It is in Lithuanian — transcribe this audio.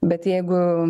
bet jeigu